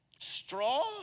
straw